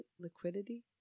liquidity